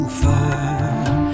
fire